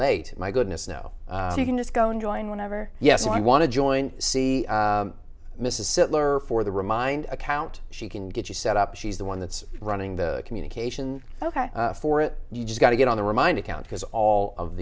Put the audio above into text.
late my goodness no you can just go and join whenever yes i want to join see mrs settler for the remind account she can get you set up she's the one that's running the communication ok for it you just got to get on the remind account because all of